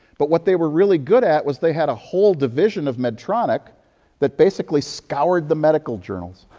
but what they were really good at was they had a whole division of medtronic that basically scoured the medical journals,